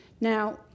Now